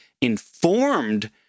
informed